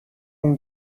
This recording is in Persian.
اون